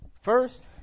First